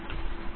4